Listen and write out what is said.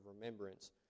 remembrance